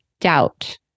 doubt